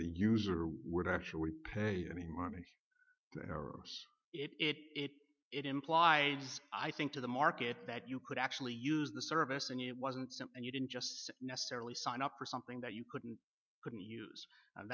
the user would actually pay any money for it it implies i think to the market that you could actually use the service and it wasn't and you didn't just necessarily sign up for something that you couldn't couldn't use and